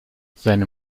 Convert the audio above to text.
seine